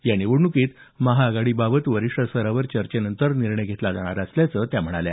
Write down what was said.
या निवडणुकीत महाआघाडीबाबत वरिष्ठ स्तरावर चर्चेनंतर निर्णय घेतला जाणार असल्याचं त्या म्हणाल्या